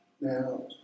Now